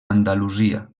andalusia